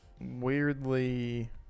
weirdly